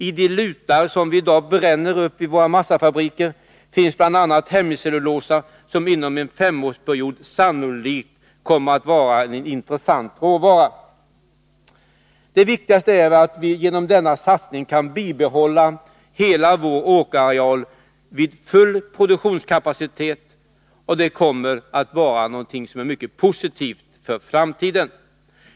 I de lutar som vi idag bränner upp vid våra massafabriker finns bl.a. hämicellulosa som inom en femårsperiod sannolikt kommer att vara en intressant råvara. Det viktigaste är att vi genom denna satsning kan bibehålla hela vår åkerareal vid full produktionskapacitet, och det kommer att vara någonting mycket positivt för framtiden.